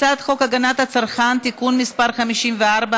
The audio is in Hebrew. הצעת חוק לתיקון פקודת המכס (מס' 27),